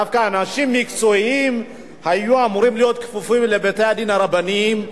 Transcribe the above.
דווקא אנשים מקצועיים היו אמורים להיות כפופים לבתי-הדין הרבניים.